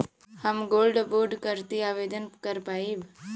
हम gold bond करती आवेदन कर पाईब?